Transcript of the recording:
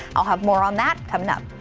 i'll have more on that coming up.